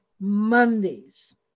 Mondays